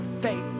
faith